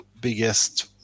biggest